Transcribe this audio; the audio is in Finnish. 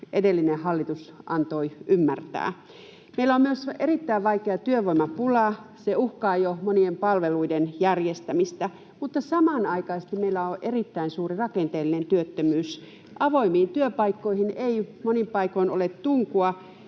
edellinen hallitus antoi ymmärtää. Meillä on myös erittäin vaikea työvoimapula, se uhkaa jo monien palveluiden järjestämistä. Mutta samanaikaisesti meillä on erittäin suuri rakenteellinen työttömyys. Avoimiin työpaikkoihin ei monin paikoin ole tunkua,